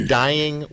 dying